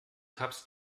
tabs